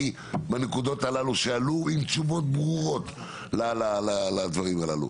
בנקודות הללו שעלו עם תשובות ברורות לדברים הללו.